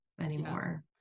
anymore